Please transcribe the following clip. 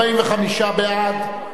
לוועדות המינויים לנושאי משרה שיפוטית (תיקוני חקיקה),